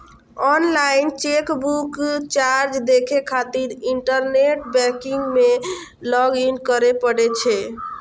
online chequebook charge देखै खातिर internet banking मे लॉग इन करै पड़ै छै